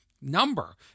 number